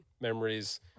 memories